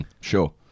sure